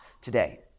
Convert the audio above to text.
today